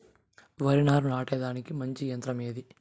వరి నారు నాటేకి మంచి యంత్రం ఏది?